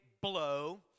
blow